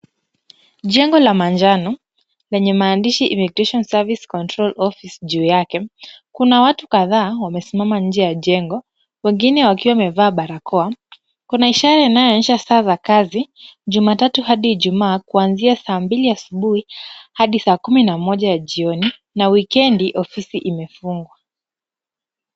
Jengo la manjano lenye maandishi immigration services control office juu yake, kuna watu kadhaa wamesimama nje ya jengo, wengine wakiwa wamevaa barakoa. Kuna ishara inayoonyesha saa za kazi, Jumatatu hadi Ijumaa kwanzia saa mbili asubuhi hadi saa kumi na moja ya jioni na wikendi ofisi imefungwa.